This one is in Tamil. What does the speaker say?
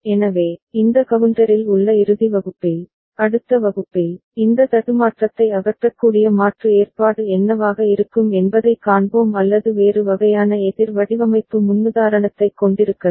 எனவே இந்த கவுண்டரில் உள்ள இறுதி வகுப்பில் அடுத்த வகுப்பில் இந்த தடுமாற்றத்தை அகற்றக்கூடிய மாற்று ஏற்பாடு என்னவாக இருக்கும் என்பதைக் காண்போம் அல்லது வேறு வகையான எதிர் வடிவமைப்பு முன்னுதாரணத்தைக் கொண்டிருக்கலாம்